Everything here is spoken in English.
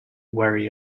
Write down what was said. wary